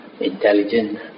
intelligent